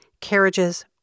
carriages